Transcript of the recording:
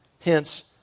Hence